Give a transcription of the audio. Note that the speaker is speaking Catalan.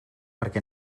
perquè